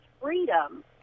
freedom